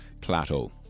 plateau